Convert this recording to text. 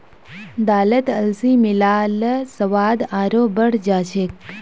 दालत अलसी मिला ल स्वाद आरोह बढ़ जा छेक